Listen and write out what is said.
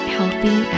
healthy